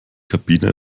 kabine